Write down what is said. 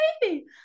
baby